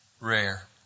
rare